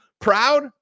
proud